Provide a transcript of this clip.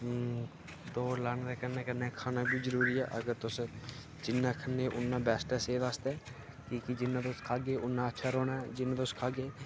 दौड़ लाने दे कन्नै कन्नै खाना बी जरुरी ऐ अगर तुस जिन्ना खन्ने उन्ना बेस्ट ऐ सेह्त आस्तै की के जिन्ना तुस खाह्गे उन्ना अच्छा रौह्ना जिन्ना तुस खाह्गे